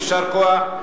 יישר כוח,